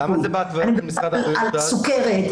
אני מדברת על סוכרת,